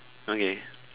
okay